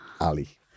Ali